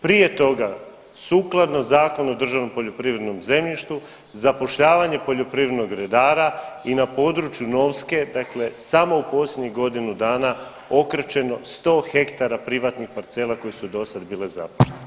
Prije toga sukladno Zakonu o državnom poljoprivrednom zemljištu zapošljavanje poljoprivrednog redara i na području Novske, dakle samo u posljednjih godinu dana okrečeno 100 hektara privatnih parcela koje su do sad bile zapuštene.